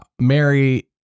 Mary